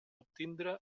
obtindre